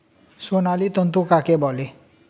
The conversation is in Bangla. সোনালী তন্তু কাকে বলে?